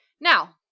Now